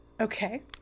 Okay